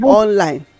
online